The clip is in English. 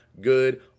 Good